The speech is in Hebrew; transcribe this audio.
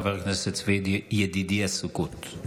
חבר הכנסת צבי ידידיה סוכות.